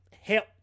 help